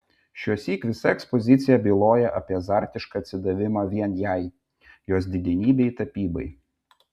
šiuosyk visa ekspozicija byloja apie azartišką atsidavimą vien jai jos didenybei tapybai